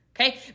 Okay